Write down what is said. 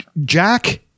Jack